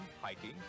hiking